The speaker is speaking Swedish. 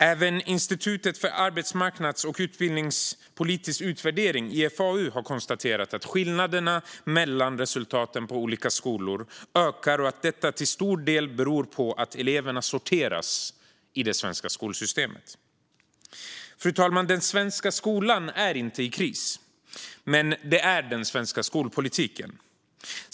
Även Institutet för arbetsmarknads och utbildningspolitisk utvärdering, IFAU, har konstaterat att skillnaderna mellan resultaten på olika skolor ökar och att detta till stor del beror på att eleverna sorteras i det svenska skolsystemet. Fru talman! Den svenska skolan är inte i kris, men det är den svenska skolpolitiken.